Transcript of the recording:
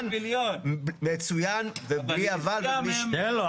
--- אבל --- ובלי אבל ובלי --- תן לו,